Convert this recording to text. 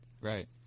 right